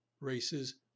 races